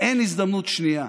אין הזדמנות שנייה,